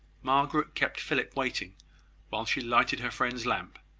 margaret kept philip waiting while she lighted her friend's lamp